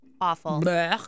awful